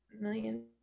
million